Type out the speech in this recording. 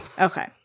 okay